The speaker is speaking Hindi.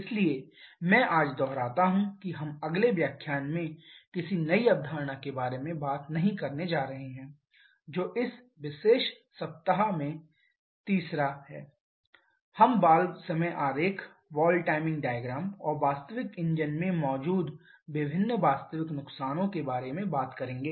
इसलिए मैं आज दोहराता हूं कि हम अगले व्याख्यान में किसी नई अवधारणा के बारे में बात नहीं करने जा रहे हैं जो इस विशेष सप्ताह के लिए तीसरा है हम वाल्व समय आरेख और वास्तविक इंजन में मौजूद विभिन्न वास्तविक नुकसानों के बारे में बात करेंगे